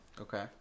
Okay